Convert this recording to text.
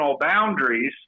boundaries